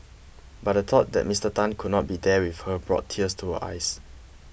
but the thought that Mister Tan could not be there with her brought tears to her eyes